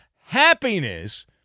happiness